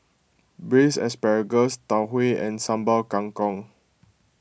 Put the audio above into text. Braised Asparagus Tau Huay and Sambal Kangkong